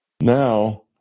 now